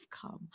come